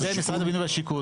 בידי משרד הבינוי והשיכון